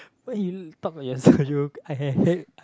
why you talk like so good I have had